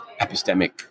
epistemic